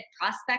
Prospect